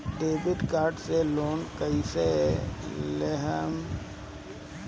Debit card से loan कईसे लेहम?